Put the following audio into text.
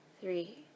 three